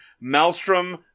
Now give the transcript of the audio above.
Maelstrom